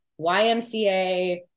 YMCA